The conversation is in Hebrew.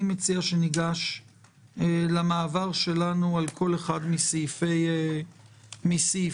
אני מציע שניגש למעבר שלנו על כל אחד מסעיפי ההצעה,